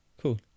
Cool